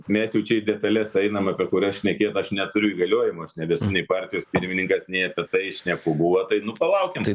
mes jau čia į detales einam apie kurias šnekėt aš neturiu įgaliojimų aš nebesu nei partijos pirmininkas nei apie tai šnekų buvo tai nu palaukim tai